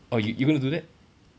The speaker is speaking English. orh you you going to do that